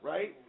Right